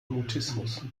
mutismus